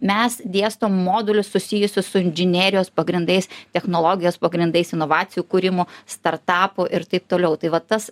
mes dėstom modulius susijusius su inžinerijos pagrindais technologijos pagrindais inovacijų kūrimu startapu ir taip toliau tai va tas